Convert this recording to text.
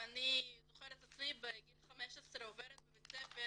אני זוכרת את עצמי בגיל 15 עוברת בבית ספר